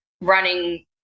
running